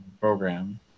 program